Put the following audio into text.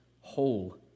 whole